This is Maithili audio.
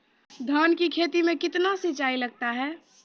धान की खेती मे कितने सिंचाई लगता है?